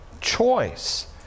choice